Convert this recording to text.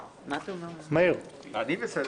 אני בסדר עם זה.